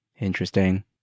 Interesting